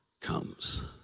comes